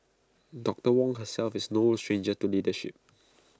doctor Wong herself is no stranger to leadership